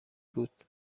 بود